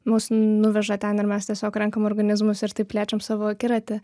mus nuveža ten ir mes tiesiog renkam organizmus ir taip plečiam savo akiratį